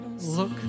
look